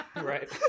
Right